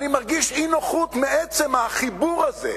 אני מרגיש אי-נוחות מעצם החיבור הזה.